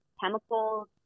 chemicals